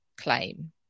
claim